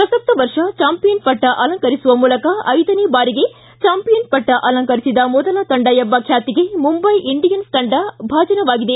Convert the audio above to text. ಪ್ರಸಕ್ತ ವರ್ಷ ಚಾಂಪಿಯನ್ ಪಟ್ಟ ಅಲಂಕರಿಸುವ ಮೂಲಕ ಐದನೇ ಬಾರಿಗೆ ಚಾಂಪಿಯನ್ ಪಟ್ಟ ಅಲಂಕರಿಸಿದ ಮೊದಲ ತಂಡ ಎಂಬ ಖ್ಯಾತಿಗೆ ಮುಂಬೈ ಇಂಡಿಯನ್ಸ್ ತಂಡ ಭಾಜನವಾಗಿದೆ